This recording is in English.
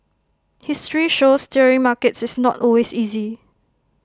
history shows steering markets is not always easy